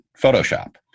Photoshop